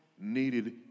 needed